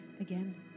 again